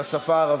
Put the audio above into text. את השפה הערבית.